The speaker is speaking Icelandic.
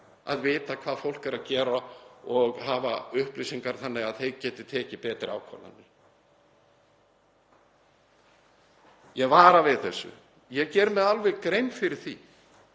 að vita hvað fólk er að gera og hafa upplýsingar þannig að þau geti tekið betri ákvarðanir. Ég vara við þessu. Ég geri mér alveg grein fyrir því